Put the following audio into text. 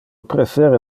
prefere